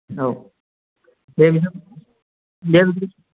औ दे नोंथां दे बिदिब्ला